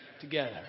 together